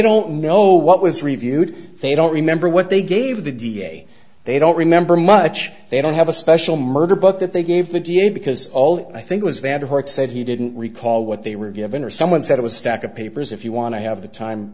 don't know what was reviewed they don't remember what they gave the d a they don't remember much they don't have a special murder book that they gave me d n a because all i think was vanderhorst said he didn't recall what they were given or someone said it was a stack of papers if you want to have the time